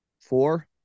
four